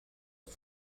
for